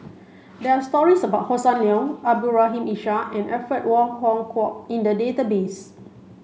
there are stories about Hossan Leong Abdul Rahim Ishak and Alfred Wong Hong Kwok in the database